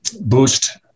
boost